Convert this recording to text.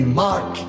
mark